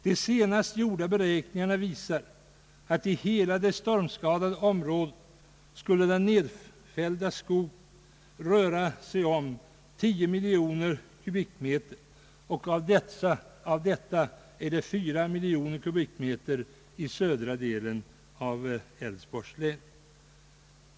De senast gjorda beräkningarna visar att i hela det stormskadade området skulle det röra sig om 10 miljoner kubikmeter. Av detta kommer 4 miljoner kubikmeter på södra delen av Älvsborgs län.